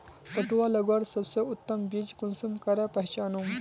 पटुआ लगवार सबसे उत्तम बीज कुंसम करे पहचानूम?